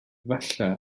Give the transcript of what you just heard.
efallai